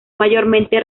mayormente